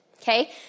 Okay